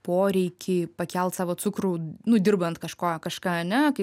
poreikį pakelt savo cukrų nu dirbant kažko kažką ane kai